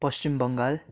Paschim Bengal